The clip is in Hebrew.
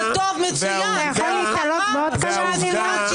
אתה יכול להיתלות בעוד כמה אמירות?